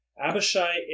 Abishai